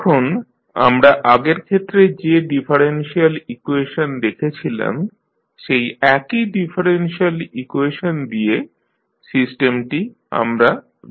এখন আমরা আগের ক্ষেত্রে যে ডিফারেনশিয়াল ইকুয়েশন দেখেছিলাম সেই একই ডিফারেনশিয়াল ইকুয়েশন দিয়ে সিস্টেমটি আমরা ধরব